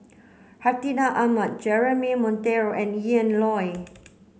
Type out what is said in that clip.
Hartinah Ahmad Jeremy Monteiro and Ian Loy